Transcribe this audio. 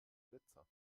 blitzer